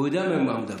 הוא יודע על מה הוא מדבר.